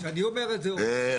כשאני אומר את זה --- חברים,